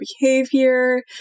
behavior